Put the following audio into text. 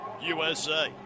USA